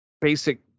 basic